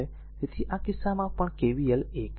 તેથી આ કિસ્સામાં પણ KVL 1